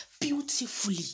beautifully